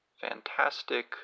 fantastic